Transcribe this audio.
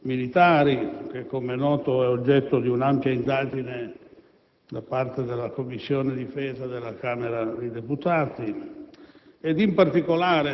In primo luogo, sono momenti in cui il vincolo dell'alleanza si mostra con più chiarezza, perché